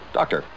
Doctor